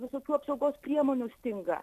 visokių apsaugos priemonių stinga